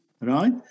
right